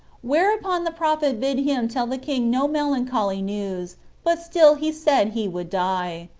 whereupon the prophet bid him tell the king no melancholy news but still he said he would die.